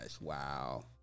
wow